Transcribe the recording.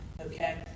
okay